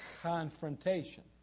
confrontation